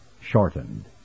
shortened